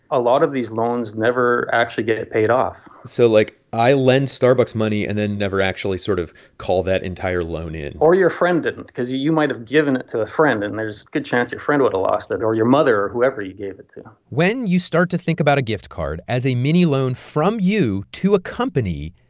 a lot of these loans never actually get paid off so like i lend starbucks money and then never actually sort of call that entire loan in or your friend didn't because you you might have given it to the friend and there's a good chance your friend would've lost it or your mother or whoever you gave it to when you start to think about a gift card as a mini loan from you to a company,